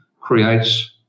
creates